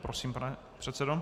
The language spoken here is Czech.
Prosím, pane předsedo.